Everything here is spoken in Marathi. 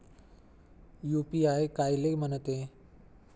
यू.पी.आय कायले म्हनते?